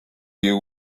you